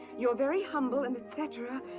your very humble, and et cetera.